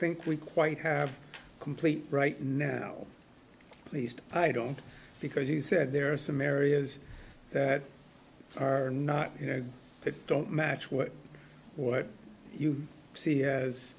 think we quite have complete right now at least i don't because he said there are some areas that are not you know that don't match what what you see